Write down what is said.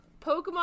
Pokemon